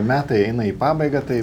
metai eina į pabaigą tai